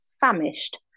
famished